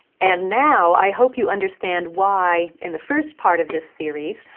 and now i hope you understand why, in the first part of this series,